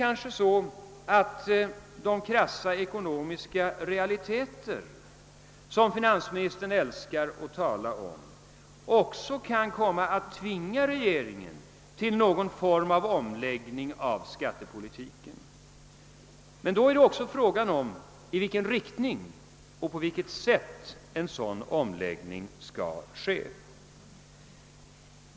De krassa ekonomiska realiteter, som finansministern älskar att tala om, kommer kanske dock att tvinga regeringen att finna någon form för omläggning av skattepolitiken. Men då är också frågan i vilken riktning och på vilket sätt en sådan omläggning skall ske.